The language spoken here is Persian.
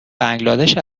بنگلادش